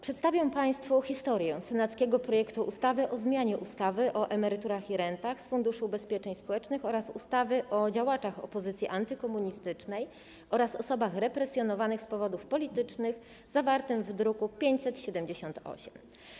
Przedstawiam państwu historię senackiego projektu ustawy o zmianie ustawy o emeryturach i rentach z Funduszu Ubezpieczeń Społecznych oraz ustawy o działaczach opozycji antykomunistycznej oraz osobach represjonowanych z powodów politycznych zawartego w druku nr 578.